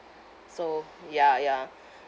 so ya ya